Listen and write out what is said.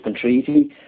Treaty